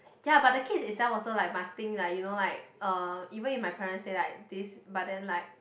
ya but the kids they self also like must think like you know like uh even if my parents say like this but then like